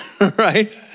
right